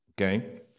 Okay